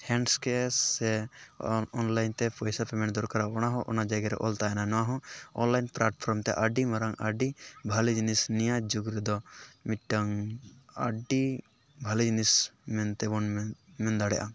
hands cash ᱥᱮ online ᱛᱮ ᱯᱚᱭᱥᱟ ᱯᱮᱢᱮᱱᱴ ᱫᱚᱨᱠᱟᱨᱟ ᱚᱱᱟ ᱦᱚᱸ ᱚᱱᱟ ᱡᱟᱭᱜᱟ ᱨᱮ ᱚᱞ ᱛᱟᱦᱮᱱᱟ ᱱᱚᱣᱟ ᱦᱚᱸ ᱚᱱᱞᱟᱭᱤᱱ ᱯᱞᱟᱴᱯᱷᱨᱚᱢ ᱛᱮ ᱟᱹᱰᱤ ᱢᱟᱨᱟᱝ ᱟᱹᱰᱤ ᱵᱷᱟᱹᱞᱤ ᱡᱤᱱᱤᱥ ᱱᱤᱭᱟᱹ ᱡᱩᱜᱽ ᱨᱮᱫᱚ ᱢᱤᱫᱴᱟᱝ ᱟᱹᱰᱤ ᱵᱷᱟᱹᱞᱤ ᱡᱤᱱᱤᱥ ᱢᱮᱱᱛᱮᱵᱚᱱ ᱢᱮᱱ ᱫᱟᱲᱮᱭᱟᱜᱼᱟ